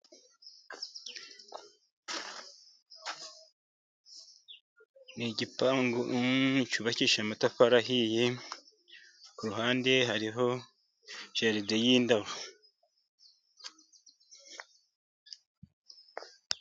Ni igipangu cyubakishije amatafari ahiye, ku ruhande hariho jaride y'indabo.